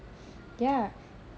ya